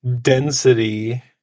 density